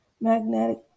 magnetic